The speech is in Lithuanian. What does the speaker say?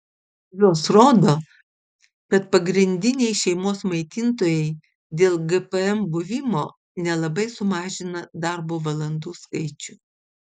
jos rodo kad pagrindiniai šeimos maitintojai dėl gpm buvimo nelabai sumažina darbo valandų skaičių